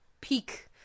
peak